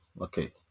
Okay